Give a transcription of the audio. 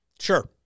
Sure